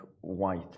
white